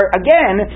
again